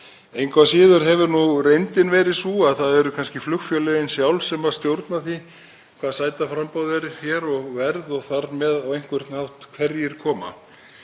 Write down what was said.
Engu að síður hefur reyndin verið sú að það eru kannski flugfélögin sjálf sem stjórna því hvert sætaframboðið er hér og verð og þar með á einhvern hátt hverjir koma.